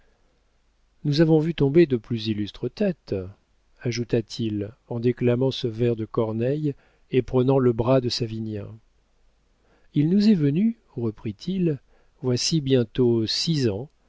nous avons vu tomber de plus illustres têtes ajouta-t-il en déclamant ce vers de corneille et prenant le bras de savinien il nous est venu reprit-il voici bientôt six ans